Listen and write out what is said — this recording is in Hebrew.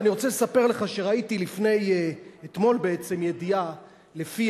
אבל אני רוצה לספר לך שראיתי אתמול ידיעה שלפיה